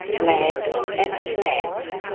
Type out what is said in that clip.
land and plants.